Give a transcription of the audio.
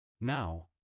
Now